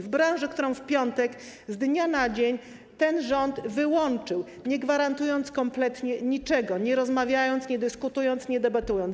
W branży, którą w piątek, z dnia na dzień ten rząd wyłączył, nie gwarantując kompletnie niczego, nie rozmawiając, nie dyskutując, nie debatując.